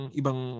ibang